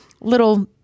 little